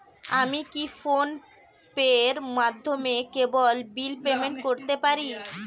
আমি কি ফোন পের মাধ্যমে কেবল বিল পেমেন্ট করতে পারি?